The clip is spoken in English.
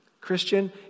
Christian